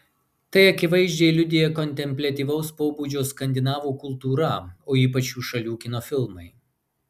tai akivaizdžiai liudija kontempliatyvaus pobūdžio skandinavų kultūra o ypač šių šalių kino filmai